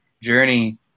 journey